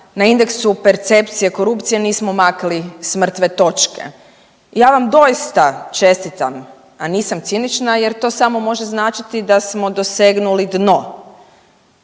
na Indexu percepcije korupcije nismo makli s mrtve točke. Ja vam doista čestitam, a nisam cinična jer to samo može značiti da smo dosegnuli dno